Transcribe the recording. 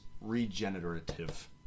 regenerative